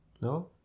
No